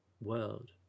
world